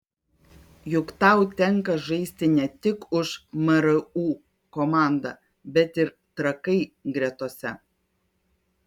juk tau tenka žaisti ne tik už mru komandą bet ir trakai gretose